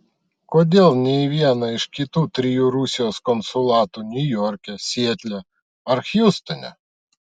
kodėl ne į vieną iš kitų trijų rusijos konsulatų niujorke sietle ar hjustone